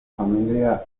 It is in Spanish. familia